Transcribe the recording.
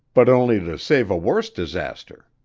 but only to save a worse disaster.